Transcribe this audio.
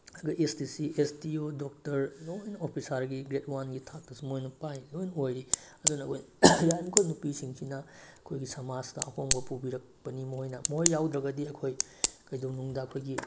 ꯑꯗꯨꯒ S D C S D O doctor ꯂꯣꯏꯅ ꯑꯣꯐꯤꯁꯔꯒꯤ ꯒ꯭ꯔꯦꯠ ꯋꯥꯟꯒꯤ ꯊꯥꯛꯇꯁꯨ ꯃꯣꯏꯅ ꯄꯥꯏ ꯂꯣꯏꯅ ꯑꯣꯏꯔꯤ ꯑꯗꯨꯅ ꯌꯥꯔꯤꯃꯈꯩ ꯅꯨꯄꯤꯁꯤꯡꯁꯤꯅ ꯑꯩꯈꯣꯏꯒꯤ ꯁꯃꯥꯖꯇ ꯑꯍꯣꯡꯕ ꯄꯨꯕꯤꯔꯛꯄꯅꯤ ꯃꯈꯣꯏꯅ ꯃꯈꯣꯏ ꯌꯥꯎꯗ꯭ꯔꯒꯗꯤ ꯑꯩꯈꯣꯏ ꯀꯩꯗꯧꯅꯨꯡꯗ ꯑꯩꯈꯣꯏꯒꯤ